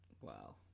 Wow